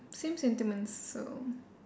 same sentiments so